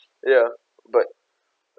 ya but